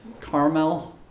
Carmel